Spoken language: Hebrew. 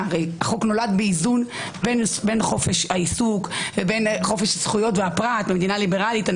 נולד באיזון בין חופש העיסוק לבין חופש זכויות הפרט במדינה ליברלית.